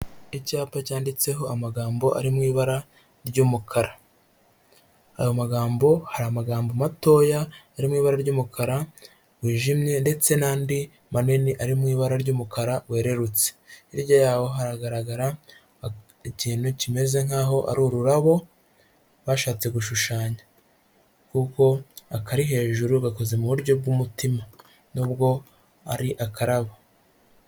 Icyapa cyanditseho amagambo ari mu ibara ry'umukara, ayo magambo hari amagambo matoya arimo ibara ry'umukara wijimye ndetse n'andi manini ari mu ibara ry'umukara wererutse hirya yaho haragaragara ikintu kimeze nk'aho ari ururabo bashatse gushushanya, kuko akari hejuru bakoze mu buryo bw'umutima n'ubwo ari akarabo.